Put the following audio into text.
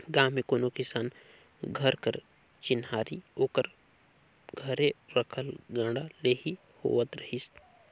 गाँव मे कोनो किसान घर कर चिन्हारी ओकर घरे रखल गाड़ा ले ही होवत रहिस